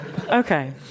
Okay